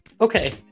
okay